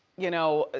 you know, ah